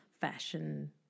fashion